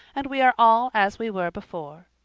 and we are all as we were before.